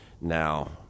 now